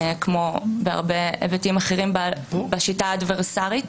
כמו בהרבה היבטים אחרים בשיטה האדוורסרית,